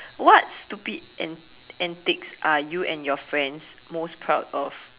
what stupid an~ antics are you and your friends most proud of